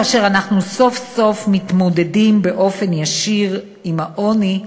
כאשר אנחנו סוף-סוף מתמודדים באופן ישיר עם העוני,